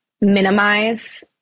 minimize